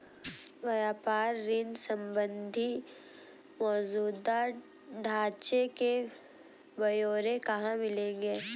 व्यापार ऋण संबंधी मौजूदा ढांचे के ब्यौरे कहाँ मिलेंगे?